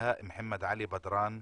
בהא מחמד עלי בדראן,